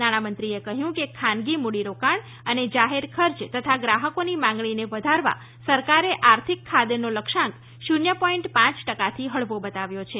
નાણાંમંત્રીએ કહ્યું કે ખાનગી મૂડી રોકાણ અને જાહેર ખર્ચ તથા ગ્રાહકોની માંગણીને વધારવા સરકારે આર્થિક ખાદ્યનો લક્ષ્યાંક શૂન્ય પોઈન્ટ પાંચ ટકાથી હળવો બતાવ્યો છે